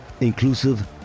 Inclusive